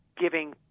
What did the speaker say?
giving